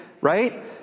right